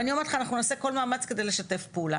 ואני אומר לך, אנחנו נעשה כל מאמץ כדי לשתף פעולה.